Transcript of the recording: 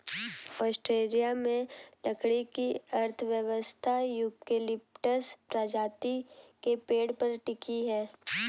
Australia में लकड़ी की अर्थव्यवस्था यूकेलिप्टस प्रजाति के पेड़ पर टिकी है